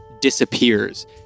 disappears